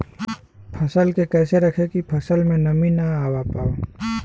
फसल के कैसे रखे की फसल में नमी ना आवा पाव?